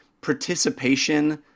participation